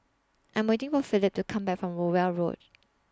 I'm waiting For Philip to Come Back from Rowell Road